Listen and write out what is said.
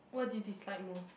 what do you dislike most